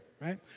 right